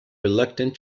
reluctant